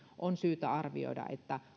on syytä arvioida